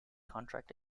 contract